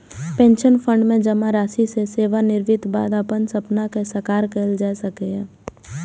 pension fund मे जमा राशि सं सेवानिवृत्तिक बाद अपन सपना कें साकार कैल जा सकैए